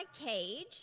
cage